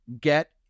get